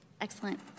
excellent